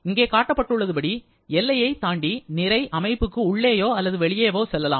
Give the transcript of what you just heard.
இங்கே காட்டப்பட்டுள்ளதுபடி எல்லையை தாண்டி நிறை அமைப்புக்கு உள்ளேயோ அல்லது வெளியேயோ செல்லலாம்